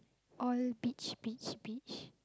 all beach beach beach